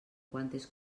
quantes